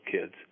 kids